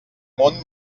món